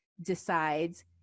decides